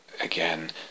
again